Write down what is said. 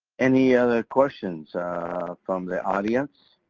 any other questions from the audience?